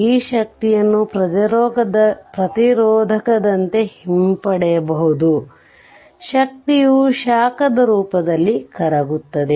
ಈ ಶಕ್ತಿಯನ್ನು ಪ್ರತಿರೋಧಕದಂತೆ ಹಿಂಪಡೆಯಬಹುದು ಶಕ್ತಿಯು ಶಾಖದ ರೂಪದಲ್ಲಿ ಕರಗುತ್ತದೆ